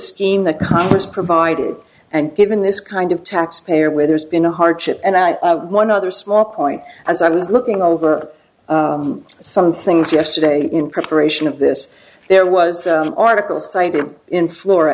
scheme that congress provided and given this kind of taxpayer where there's been a hardship and i one other small point as i was looking over some things yesterday in preparation of this there was article cited in flo